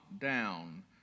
down